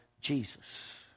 Jesus